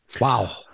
Wow